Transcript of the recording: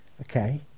Okay